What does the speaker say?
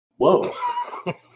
Whoa